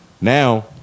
Now